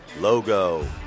logo